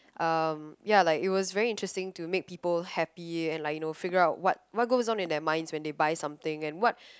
um ya like it was very interesting to make people happy and like you know figure out what what goes on in their mind when they buy something and what